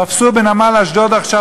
תפסו בנמל אשדוד עכשיו,